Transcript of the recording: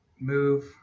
move